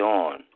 on